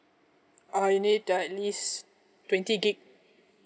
I need at least twenty gigabyte